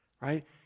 right